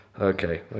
okay